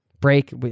break